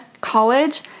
college